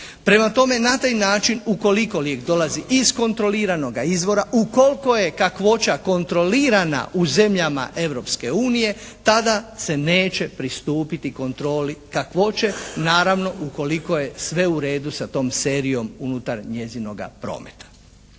Prema tome na taj način ukoliko lijek dolazi iz kontroliranoga izvora, ukoliko je kakvoća kontrolirana u zemljama Europske unije tada se neće pristupiti kontroli kakvoće, naravno ukoliko je sve u redu sa tom serijom unutar njezinoga prometa.